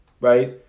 Right